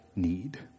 need